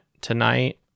tonight